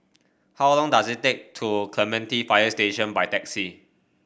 how long does it take to Clementi Fire Station by taxi